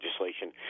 legislation